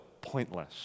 pointless